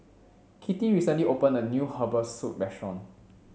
Kittie recently opened a new Herbal Soup Restaurant